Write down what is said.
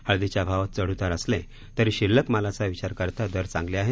हळदीच्या भावात चढउतार असले तरी शिल्लक मालाचा विचार करता दर चांगले आहेत